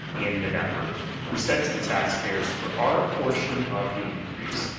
in november we said to the taxpayers for our portion of the increase,